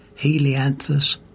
Helianthus